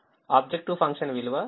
objective function విలువ 47